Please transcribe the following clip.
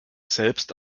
selbst